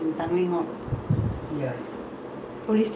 mmhmm அதுல நெனப்பு இருக்கா அந்த:athulae nenappu irukka antha !huh!